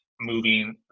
moving